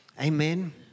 Amen